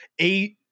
A-